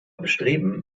bestreben